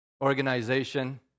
organization